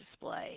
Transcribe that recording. display